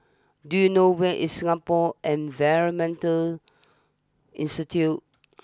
do you know where is Singapore Environment Institute